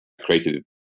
created